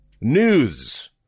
News